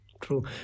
True